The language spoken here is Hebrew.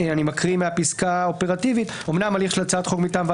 מקריא מהפסקה האופרטיבית אמנם הליך של הצעת חוק מטעם